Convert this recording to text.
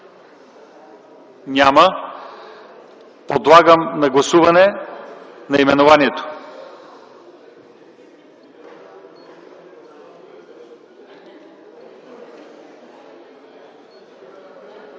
няма. Подлагам на гласуване наименованието.